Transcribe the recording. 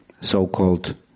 so-called